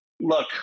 Look